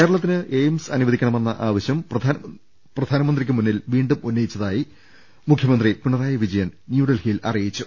കേരളത്തിന് എയിംസ് അനുവദിക്കണമെന്ന ആവശ്യം പ്രധാനമന്ത്രിയ്ക്ക് മുന്നിൽ വീണ്ടും ഉന്നയിച്ചതായി മുഖ്യ മന്ത്രി പിണറായി വിജയൻ ന്യൂഡൽഹിയിൽ അറിയിച്ചു